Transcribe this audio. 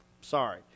Sorry